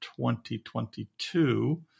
2022